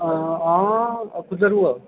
हां कुद्धर होआ